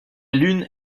lune